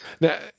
Now